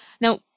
Now